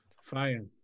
fire